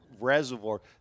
reservoir